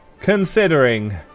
considering